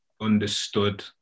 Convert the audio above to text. understood